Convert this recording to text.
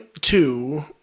two